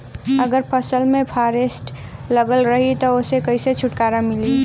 अगर फसल में फारेस्ट लगल रही त ओस कइसे छूटकारा मिली?